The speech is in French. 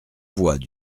voient